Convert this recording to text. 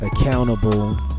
accountable